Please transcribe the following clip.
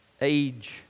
age